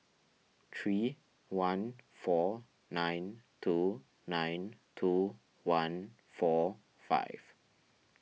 three one four nine two nine two one four five